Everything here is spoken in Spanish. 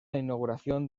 inauguración